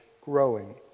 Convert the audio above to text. growing